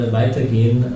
weitergehen